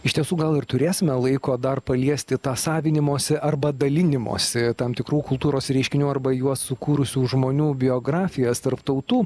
iš tiesų gal ir turėsime laiko dar paliesti tą savinimosi arba dalinimosi tam tikrų kultūros reiškinių arba juos sukūrusių žmonių biografijas tarp tautų